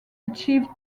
achieved